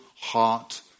heart